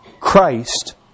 Christ